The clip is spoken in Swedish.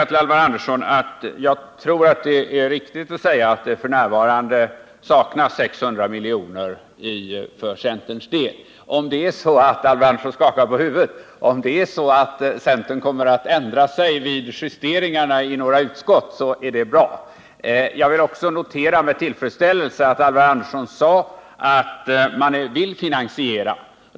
Till Alvar Andersson vill jag säga att jag tror det är riktigt att påstå att det f. n. saknas 600 milj.kr. för centerns del. Jag ser att Alvar Andersson skakar på huvudet. Om centern ändrar sig vid justeringarna i några utskott så är det bra. Jag noterar också med tillfredsställelse att Alvar Andersson sade att man vill finansiera det här.